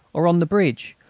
or on the bridge,